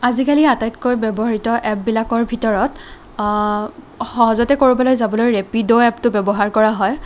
আজিকালি আটাইতকৈ ব্যৱহৃত এপবিলাকৰ ভিতৰত সহজতে ক'ৰবালৈ যাবলৈ ৰেপিড' এপটো ব্য়ৱহাৰ কৰা হয়